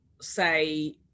say